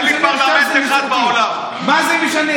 תראה לי פרלמנט אחד בעולם, מה זה משנה?